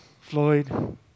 Floyd